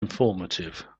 informative